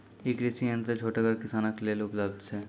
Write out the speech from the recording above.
ई कृषि यंत्र छोटगर किसानक लेल उपलव्ध छै?